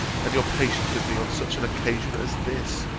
and your patience with me on such an occasion as this.